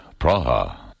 Praha